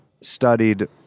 studied